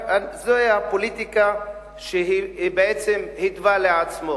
זוהי הפוליטיקה שבעצם התווה לעצמו.